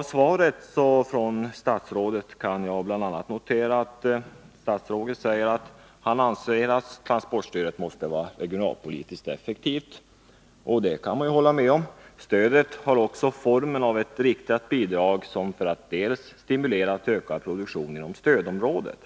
I svaret från statsrådet kan jag bl.a. notera att statsrådet anser att ”transportstödet måste vara regionalpolitiskt effektivt”. Det kan man hålla med om. Vidare säger statsrådet att ”stödet har också formen av ett riktat bidrag för att dels stimulera till ökad produktion inom stödområdet”.